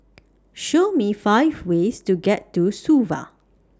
Show Me five ways to get to Suva